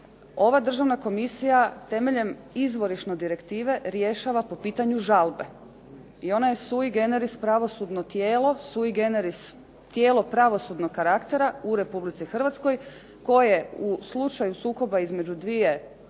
Ova državna komisija temeljem izvorišno direktive rješava po pitanju žalbe i ona je sui generis pravosudno tijelo, sui generis tijelo pravosudnog karaktera u Republici Hrvatskoj koje u slučaju sukoba između dvije